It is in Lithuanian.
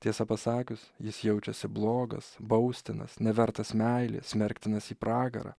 tiesą pasakius jis jaučiasi blogas baustinas nevertas meilės smerktinas į pragarą